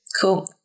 Cool